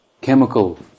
chemical